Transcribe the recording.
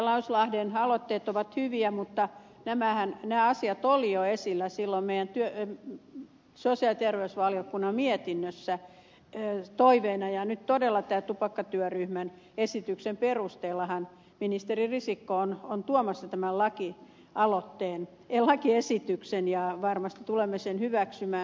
lauslahden aloitteet ovat hyviä mutta nämä asiat olivat jo esillä silloin meidän sosiaali ja terveysvaliokunnan mietinnössä toiveena ja nyt todella tämän tupakkatyöryhmän esityksen perusteellahan ministeri risikko on tuomassa tämän lakiesityksen ja varmasti tulemme sen hyväksymään